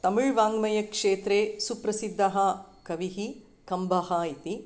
तमिळ्वाङ्मयक्षेत्रे सुप्रसिद्धः कविः कम्बः इति